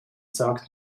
sagt